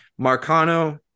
Marcano